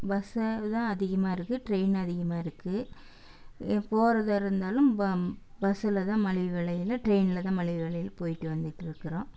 bus அளவுதான் அதிகமாயிருக்கு train அதிகமாக இருக்கு போகிறது வரதுனாலும் பஸ்ஸில்தான் மலிவு விலையில் ட்ரைனில்தான் மலிவு விலையில் போயிவிட்டு வந்துவிட்டு இருக்கிறோம்